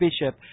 Bishop